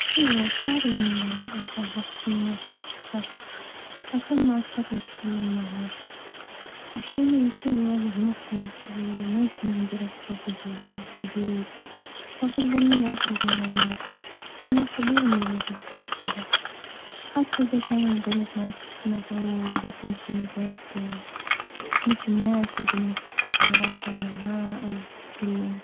أيوة صار إني اتظاهرت إني ما شفت شخص عشان م اضطر أتكلم معاه، أحيانًا يكون الوضع محرج وما يكون عندي رغبة بالحديث ف أفظل إني أهرب من الموقف، أحس أنه طبيعي أنه الواحد يحس كدة، خاصة إذا كانت الظروف ما تسمح أو إذا كنت ومش مناسب إنك تتواصل معاه أو تكلمه.